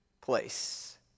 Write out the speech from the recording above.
place